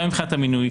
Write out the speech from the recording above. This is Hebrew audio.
גם מבחינת המינוי,